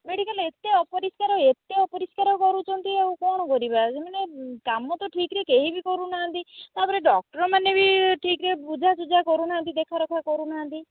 medical ଏତେ ଅପରିଷ୍କାର ଏତେ ଅପରିଷ୍କାର କରୁଛନ୍ତି ଆଉ କ'ଣ କରିବା ମାନେ କାମ ତ ଠିକରେ କେହି ବି କରୁନାହାନ୍ତି ତାପରେ ଡକ୍ଟରମାନେ ବି ଠିକରେ ବୁଝାସୁଝା କରୁନାହାନ୍ତି ଦେଖାରଖା କରୁନାହାନ୍ତି